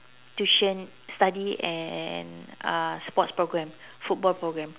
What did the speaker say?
tuition study and uh sports programme football programme